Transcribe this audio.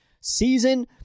season